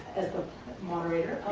as the moderator.